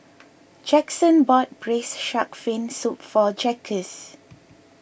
Jackson bought Braised Shark Fin Soup for Jaquez